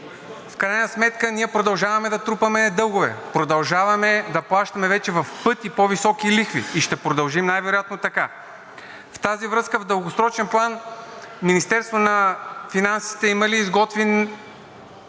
в крайна сметка ние продължаваме да трупаме дългове, продължаваме да плащаме вече в пъти по-високи лихви и ще продължим най-вероятно така. В тази връзка, в дългосрочен план Министерството на финансите има ли изготвен